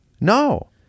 No